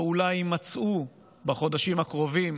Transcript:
או אולי יימצאו בחודשים הקרובים,